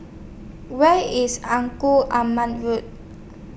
Where IS Engku Aman Road